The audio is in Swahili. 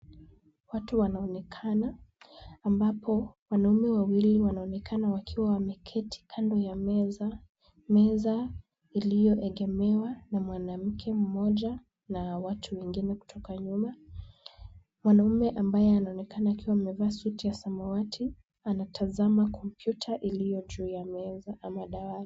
Watu wanaonekana ambapo wanaume wawili wanaonekana wakiwa wameketi kando ya meza, meza iliyoegemewa na mwanamke mmoja na watu wengine kutoka nyuma. Mwanaume ambaye anaonekana akiwa amevaa suti ya samawati, anatazama kompyuta iliyo juu ya meza ama dawati.